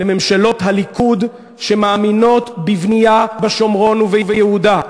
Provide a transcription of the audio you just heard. לממשלות הליכוד, שמאמינות בבנייה בשומרון וביהודה.